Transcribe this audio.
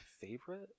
favorite